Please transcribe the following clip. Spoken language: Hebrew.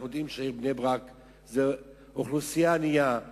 אנחנו יודעים שבבני-ברק האוכלוסייה ענייה,